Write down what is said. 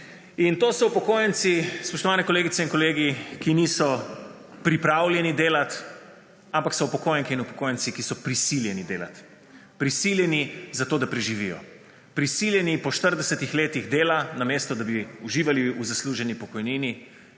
In to so upokojenci, spoštovane kolegice in kolegi, ki niso pripravljeni delati, ampak so upokojenke in upokojenci, ki so prisiljeni delat, prisiljeni, zato da preživijo, prisiljeni po 40 letih dela, namesto da bi uživali v zasluženi pokojnini,